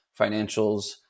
financials